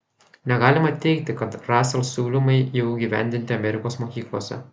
negalima teigti kad rasel siūlymai jau įgyvendinti amerikos mokyklose